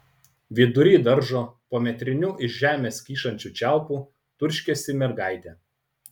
vidury daržo po metriniu iš žemės kyšančiu čiaupu turškėsi mergaitė